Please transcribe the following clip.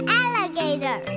alligator